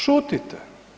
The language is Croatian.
Šutite.